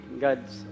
gods